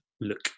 look